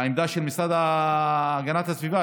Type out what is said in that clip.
והעמדה של המשרד להגנת הסביבה,